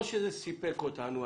לא שזה סיפק אותנו.